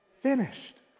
finished